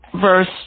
verse